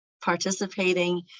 participating